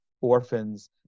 orphans